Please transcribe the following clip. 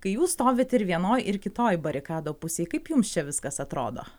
kai jūs stovit ir vienoj ir kitoj barikadų pusėj kaip jums čia viskas atrodo